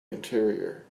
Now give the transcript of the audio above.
interior